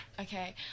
Okay